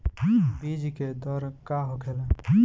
बीज के दर का होखेला?